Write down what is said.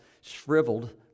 shriveled